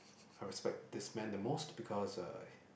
I respect this man the most because uh